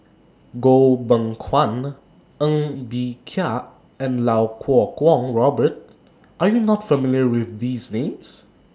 Goh Beng Kwan Ng Bee Kia and Iau Kuo Kwong Robert Are YOU not familiar with These Names